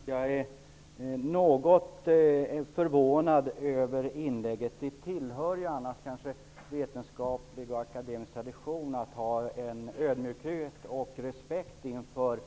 Herr talman! Jag är något förvånad över tidigare inlägg. Det tillhör vetenskaplig och akademisk tradition att visa ödmjukhet och respekt inför